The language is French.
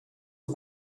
aux